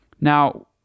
Now